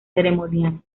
ceremonial